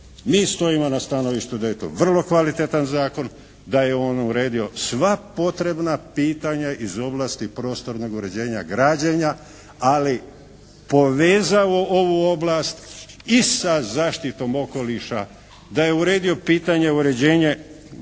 Mi stojimo na stanovištu da je to vrlo kvalitetan zakon, da je on uredio sva potrebna pitanja iz oblasti prostornog uređenja građenja, ali povezao ovu oblast i sa zaštitom okoliša, da je uredio pitanje i uređenje građevinskog